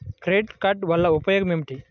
Credit card వల్ల ఉపయోగం ఏమిటీ?